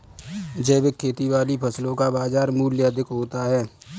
जैविक खेती वाली फसलों का बाजार मूल्य अधिक होता है